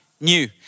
new